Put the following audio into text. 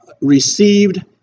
received